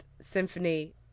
Symphony